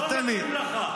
לא מתאים לך.